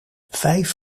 vijf